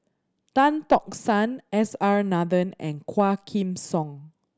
Tan Tock San S R Nathan and Quah Kim Song